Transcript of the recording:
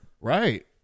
right